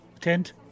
tent